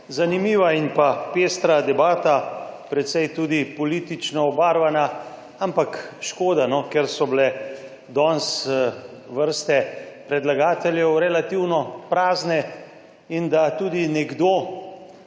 Zanimiva in pa pestra debata, precej tudi politično obarvana, ampak škoda, ker so bile danes vrste predlagateljev relativno prazne in da tudi nekdo,